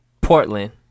Portland